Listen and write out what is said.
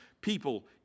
people